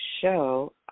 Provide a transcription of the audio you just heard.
show